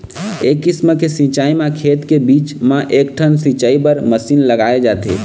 ए किसम के सिंचई म खेत के बीच म एकठन सिंचई बर मसीन लगाए जाथे